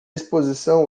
exposição